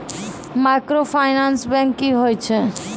Microfinance bank की होय छै?